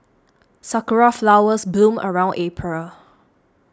sakura flowers bloom around April